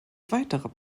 weiterer